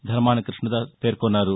ధర్మాన కృష్ణదాస్ పేర్కొన్నారు